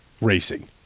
racing